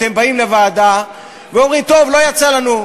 אתם באים לוועדה ואומרים: טוב, לא יצא לנו.